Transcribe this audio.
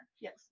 Yes